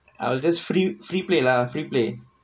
I will just free free play lah free play